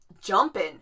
jumping